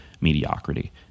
mediocrity